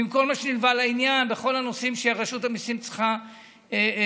ועם כל מה שנלווה לעניין בכל הנושאים שרשות המיסים צריכה לשלם,